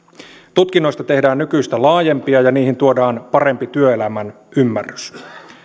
tutkinnoista tehdään nykyistä laajempia ja niihin tuodaan parempi työelämän ymmärrys